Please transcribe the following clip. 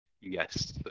Yes